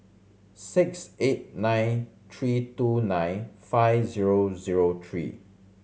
six eight nine three two nine five zero zero three